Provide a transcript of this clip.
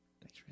Thanks